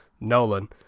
Nolan